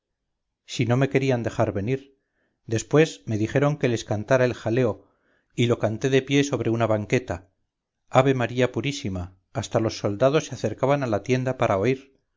si no me querían dejar venir después me dijeron que les cantara el jaleo y lo canté de pie sobre una banqueta ave-maría purísima hasta los soldados se acercaban a la tienda para oír